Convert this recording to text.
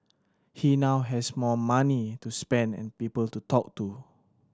he now has more money to spend and people to talk to